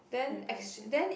need to plan soon